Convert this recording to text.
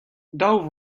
daou